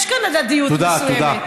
יש כאן הדדיות מסוימת.